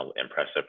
impressive